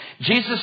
Jesus